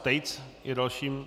Tejc je dalším.